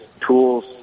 tools